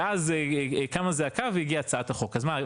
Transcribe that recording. ואז קמה זעקה והגיעה הצעת החוק, אז מה?